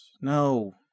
no